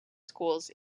schools